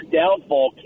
downfall